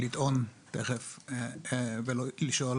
לטעון ולשאול